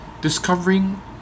Discovering